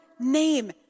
Name